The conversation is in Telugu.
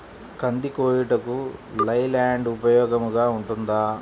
కంది కోయుటకు లై ల్యాండ్ ఉపయోగముగా ఉంటుందా?